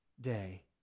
day